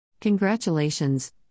Congratulations